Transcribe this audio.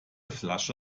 flasche